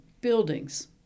buildings